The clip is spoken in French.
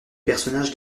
personnages